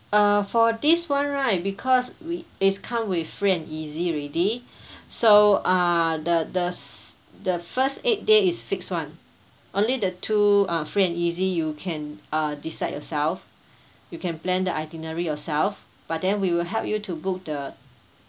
uh for this one right because we it's come with free and easy already so uh the the the first eight day is fixed one only the two are free and easy you can uh decide yourself you can plan the itinerary yourself but then we will help you to book the